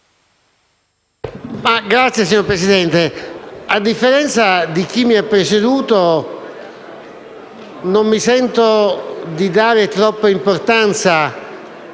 Signor Presidente, a differenza di chi mi ha preceduto, non mi sento di dare troppa importanza